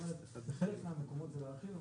בחלק מהמקומות זה להרחיב,